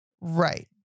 Right